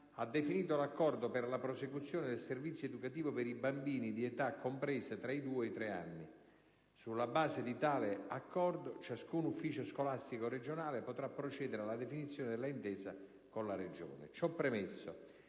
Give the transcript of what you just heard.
ha definito l'accordo per la prosecuzione del servizio educativo per bambini di età compresa tra i due e i tre anni. Sulla base di tale accordo, ciascun ufficio scolastico regionale potrà procedere alla definizione dell'intesa con la Regione. Ciò premesso,